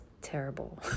terrible